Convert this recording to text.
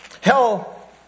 Hell